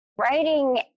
Writing